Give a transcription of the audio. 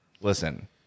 Listen